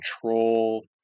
control